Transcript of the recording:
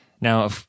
Now